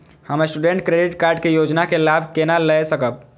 हम student credit card के योजना के लाभ केना लय सकब?